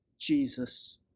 Jesus